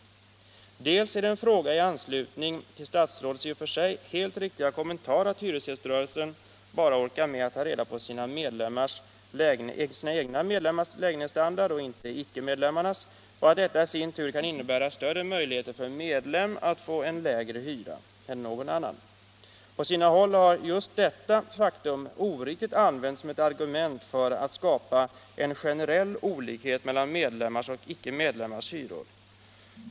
För det andra är det en fråga i anslutning till statsrådets i och för sig helt riktiga kommentar att hyresgäströrelsen bara orkar med att ta reda på sina medlemmars lägenhetsstandard och inte icke-medlemmarnas och att detta i sin tur kan innebära större möjligheter för en medlem att få lägre hyra än en annan person. På sina håll har just detta faktum oriktigt använts som ett argument för att skapa en generell olikhet mellan medlemmars och icke-medlemmars hyror.